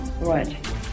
right